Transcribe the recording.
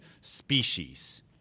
species